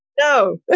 No